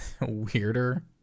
weirder